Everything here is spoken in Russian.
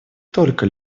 только